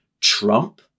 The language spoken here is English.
Trump